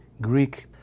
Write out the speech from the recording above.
Greek